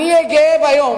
אני אהיה גאה ביום